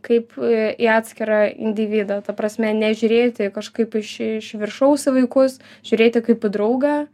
kaip į atskirą individą ta prasme nežiūrėti kažkaip iš iš viršaus į vaikus žiūrėti kaip į draugą